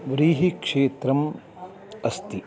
व्रीहिक्षेत्रम् अस्ति